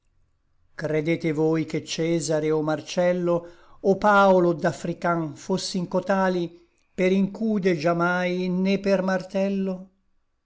credete voi che cesare o marcello o paolo od affrican fossin cotali per incude già mai né per martello